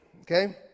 okay